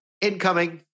incoming